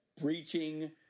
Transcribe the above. breaching